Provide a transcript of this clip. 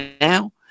now